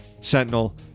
sentinel